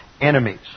enemies